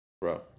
bro